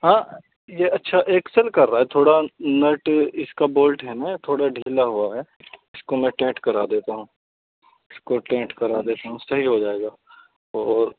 ہاں یہ اچھا ایکسل کر رہا ہے تھوڑا نٹ اس کا بولٹ ہے نا تھوڑا ڈھیلا ہوا ہے اس کو میں ٹائٹ کرا دیتا ہوں اس کو ٹائٹ کرا دیتا ہوں صحیح ہو جائے گا اور